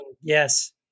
Yes